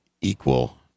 equal